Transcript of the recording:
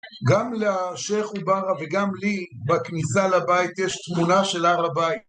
גם לאשר חוברה וגם לי, בכניסה לבית, יש תמונה של הר הבית.